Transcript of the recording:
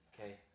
Okay